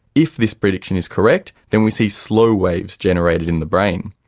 if this prediction is correct then we see slow waves generated in the brain.